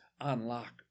unlock